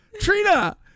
trina